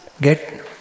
get